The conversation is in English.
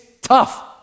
tough